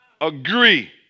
Agree